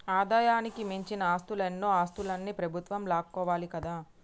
ఆదాయానికి మించిన ఆస్తులన్నో ఆస్తులన్ని ప్రభుత్వం లాక్కోవాలి కదా